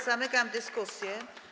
Zamykam dyskusję.